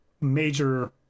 major